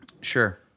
Sure